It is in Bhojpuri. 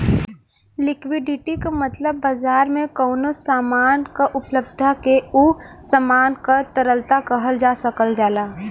लिक्विडिटी क मतलब बाजार में कउनो सामान क उपलब्धता के उ सामान क तरलता कहल जा सकल जाला